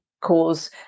cause